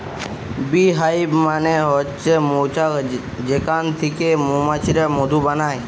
bee hive মানে হচ্ছে মৌচাক যেখান থিকে মৌমাছিরা মধু বানায়